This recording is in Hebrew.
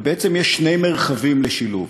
ובעצם יש שני מרחבים לשילוב: